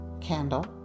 candle